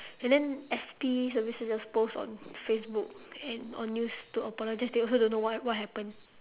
and then S_P services just post on facebook and on news to apologise they also don't know what what happened